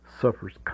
suffers